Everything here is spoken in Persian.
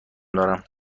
دارم